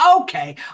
Okay